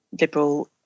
liberal